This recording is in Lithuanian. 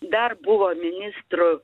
dar buvo ministru